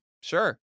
Sure